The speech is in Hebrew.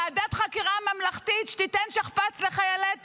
ועדת חקירה ממלכתית, שתיתן שכפ"ץ לחיילי צה"ל,